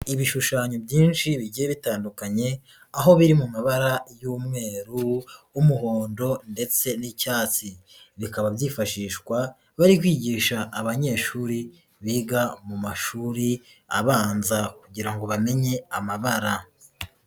Ibishushanyo byinshi bigiye bitandukanye, aho biri mu mabara y'umweru, umuhondo ndetse n'icyatsi, bikaba byifashishwa bari kwigisha abanyeshuri biga mu mashuri abanza kugira ngo bamenye amabara.